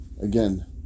again